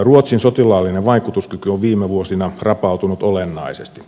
ruotsin sotilaallinen vaikutuskyky on viime vuosina rapautunut olennaisesti